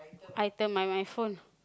item my my phone